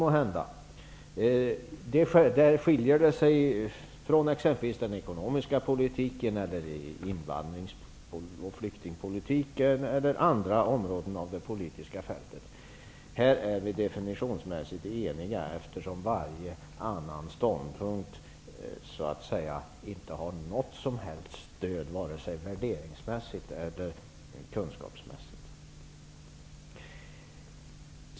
Där skiljer sig detta område från exempelvis den ekonomiska politiken, invandrings och flyktingpolitiken och andra områden av det politiska fältet. Här är vi definitionsmässigt eniga, eftersom varje annan ståndpunkt inte har något som helst stöd vare sig värderingsmässigt eller kunskapsmässigt.